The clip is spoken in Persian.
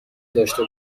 داشته